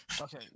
Okay